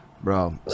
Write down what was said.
Bro